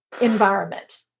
environment